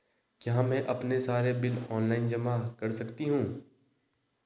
क्या मैं अपने सारे बिल ऑनलाइन जमा कर सकती हूँ?